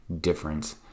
difference